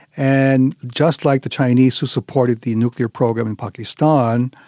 and just like the chinese who supported the nuclear program in pakistan,